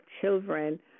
children